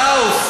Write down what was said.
הכוח,